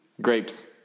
Grapes